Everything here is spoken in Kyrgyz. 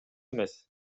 эмес